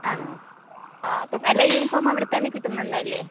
ആണോ ആ അപ്പോൾ എല്ലാ യൂണിഫോമും അവിടെ തന്നെ കിട്ടുന്നുണ്ട് അല്ലേ